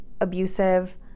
abusive